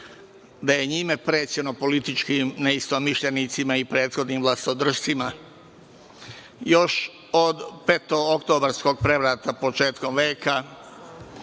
da je njime prećeno političkim neistomišljenicima i prethodnim vlastodršcima još od petooktobarskog prevrata početkom